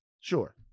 Sure